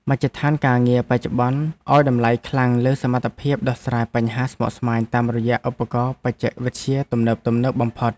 មជ្ឈដ្ឋានការងារបច្ចុប្បន្នឱ្យតម្លៃខ្លាំងលើសមត្ថភាពដោះស្រាយបញ្ហាស្មុគស្មាញតាមរយៈឧបករណ៍បច្ចេកវិទ្យាទំនើបៗបំផុត។